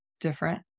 different